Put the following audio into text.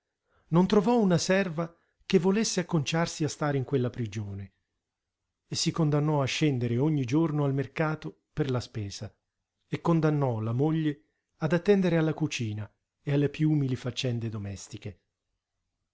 non trovò una serva che volesse acconciarsi a stare in quella prigione e si condannò a scendere ogni giorno al mercato per la spesa e condannò la moglie ad attendere alla cucina e alle piú umili faccende domestiche